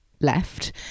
left